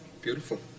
Beautiful